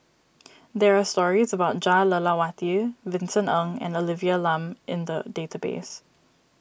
there are stories about Jah Lelawati Vincent Ng and Olivia Lum in the database